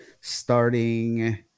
Starting